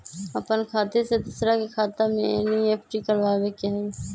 अपन खाते से दूसरा के खाता में एन.ई.एफ.टी करवावे के हई?